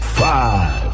five